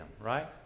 right